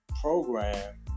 program